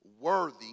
worthy